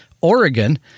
Oregon